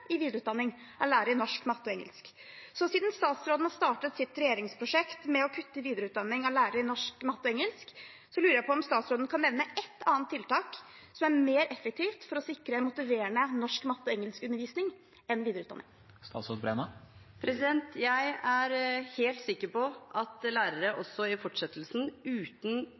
i videreutdanning av lærere i norsk, matte og engelsk. Siden statsråden har startet sitt regjeringsprosjekt med å kutte i videreutdanning av lærere i norsk, matte og engelsk, lurer jeg på om statsråden kan nevne ett annet tiltak som er mer effektivt for å sikre en motiverende norsk-, matte- og engelskundervisning enn videreutdanning. Jeg er helt sikker på at lærere også i fortsettelsen, uten